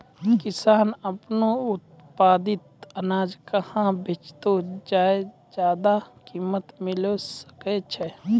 किसान आपनो उत्पादित अनाज कहाँ बेचतै जे ज्यादा कीमत मिलैल सकै छै?